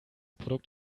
produkt